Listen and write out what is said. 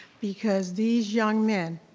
because these young men